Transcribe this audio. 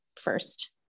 first